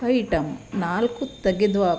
item ನಾಲ್ಕು ತೆಗೆದುಹಾಕು